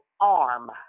arm